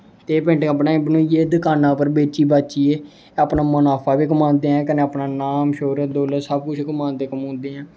ते एह् पेंटिंगां बनाई बनुइयै दकानां पर बेची बाचियै अपना मुनाफा बी कमांदे ऐं अपना नाम दौलत शौहरत सब कुछ कमांदे कमूंदे ऐ